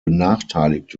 benachteiligt